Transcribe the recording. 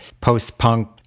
post-punk